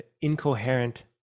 incoherent